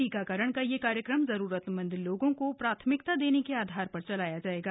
टीकाकरण का यह कार्यक्रम जरूरतमंद लोगों को प्राथमिकता देने के आधार पर चलाया जायेगा